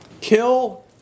kill